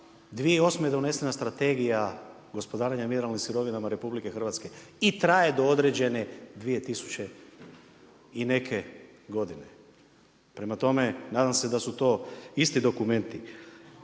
2008. je donesena Strategija gospodarenja mineralnim sirovinama RH i traje do određene dvije tisuće i neke godine. Prema tome, nadam se da su to isti dokumenti.